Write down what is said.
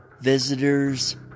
visitors